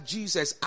Jesus